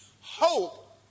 Hope